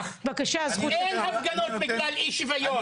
אין הפגנות בגלל אי שוויון,